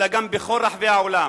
אלא גם בכל רחבי העולם.